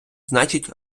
значить